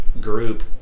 group